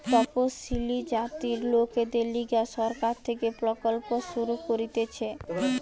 তপসিলি জাতির লোকদের লিগে সরকার থেকে প্রকল্প শুরু করতিছে